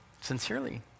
Sincerely